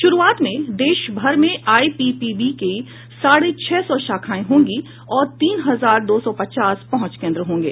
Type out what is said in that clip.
शुरूआत में देश भर में आईपीपीबी की साढ़े छह सौ शाखाएं होंगी और तीन हजार दो सौ पचास पहुंच केन्द्र होंगे